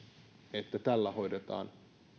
että tällä hoidetaan